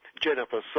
Jennifer